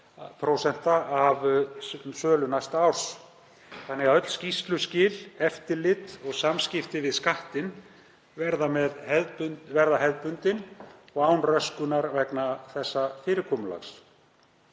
af sölu næsta árs. Öll skýrsluskil, eftirlit og samskipti við skattinn verða hefðbundin og án röskunar vegna þessa fyrirkomulags.